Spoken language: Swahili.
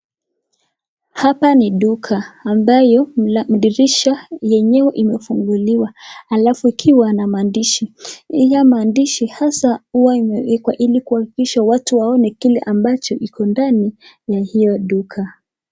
Hapa ni duka ambayo dirisha yenyewe imefunguliwa alafu ikiwa na maandishi. Haya maandishi hasa huwa imewekwa ili kuhakikisha watu waone kile ambacho iko ndani ya hio duka.